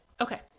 okay